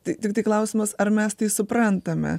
tai tiktai klausimas ar mes tai suprantame